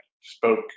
spoke